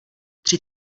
tři